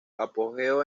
apogeo